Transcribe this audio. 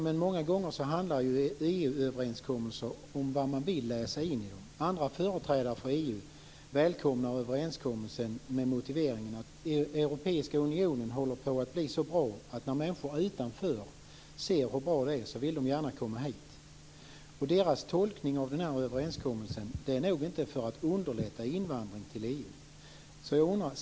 Men många gånger handlar EU överenskommelser om vad man vill läsa in i dem. Andra företrädare för EU välkomnar överenskommelsen med motiveringen att Europeiska unionen håller på att bli så bra att när människor utanför ser hur bra det är vill de gärna komma hit. Deras tolkning av överenskommelsen är inte för att underlätta invandring till EU.